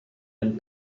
and